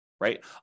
right